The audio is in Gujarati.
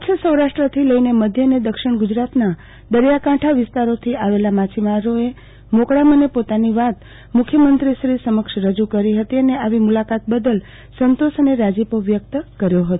કચ્છ સૌરાષ્ટ્રથી લઇને મધ્ય અને દક્ષિણ ગુજરાતના દરિયાકાંઠા વિસ્તારોથી આવેલા માછીમારોએ મોકળા મને પોતાની વાત મુખ્યમંત્રીશ્રી સમક્ષ મુકી હતી અને આવી મુલાકાત બદલ સંતોષ અને રાજીપો વ્યક્ત કર્યો હતો